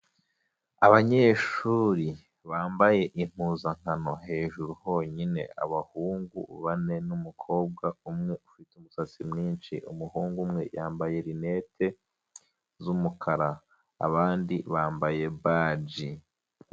Abanyeshuri bambaye impuzankano hejuru honyine abahungu bane n'umukobwa umwe ufite umusatsi mwinshi umuhungu umwe yambaye linete z'umukara abandi bambaye baji.